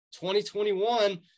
2021